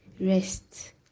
Rest